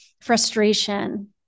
frustration